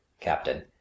Captain